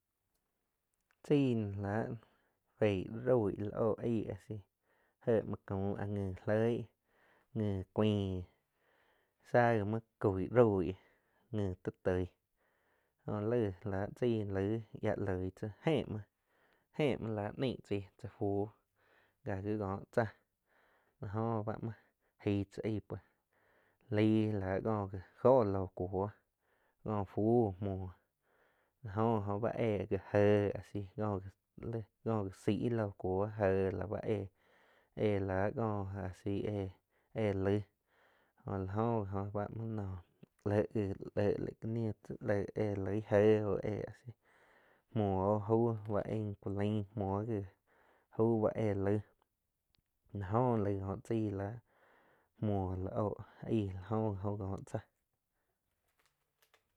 Chain láh feih roih lá oh aig áh si jéh muó caum áh ngi loig nji cuaín tsa gi muoh. Coig roig nji tó toig jo lai la chaig la tia loig chii je muo la neig tzaih cha fú ká gíh kó tzá la jo báh muo aig tzá aig pues, laig la ko ká jóh loh kúo kó fú muoh la jó gi oh va éh já éhh áh sí ko já saig lo cuoh jé lau ko asi éh laig jo la óh gi oh bá muo noh le heh le la ka ní sí éh loi je oh a si muoh oh aug ba aing ku laig muoh, muoh gi aug bá éh laig la oh gi tsaí mhuo la oh aih la oh gi oh kó tza.